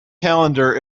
calendar